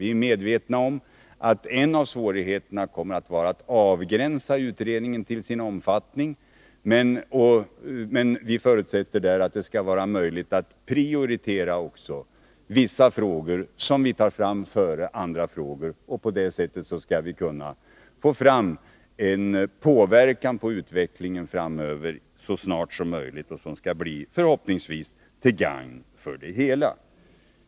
Vi är medvetna om att en av svårigheterna kommer att vara att avgränsa utredningens omfattning, men vi förutsätter att det skall vara möjligt att prioritera vissa frågor, som vi alltså tar fram före andra frågor. På det sättet skall vi så snart som möjligt kunna få till stånd en påverkan på utvecklingen, som förhoppningsvis blir till gagn för det hela.